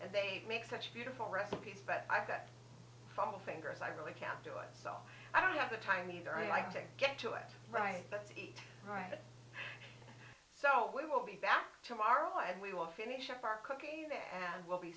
and they make such beautiful recipes but i bet some fingers i really can't do it so i don't have the time either i have to get to it right but eat right so we will be back tomorrow and we will finish up our cooking and will be